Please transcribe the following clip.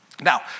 Now